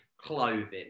clothing